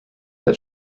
that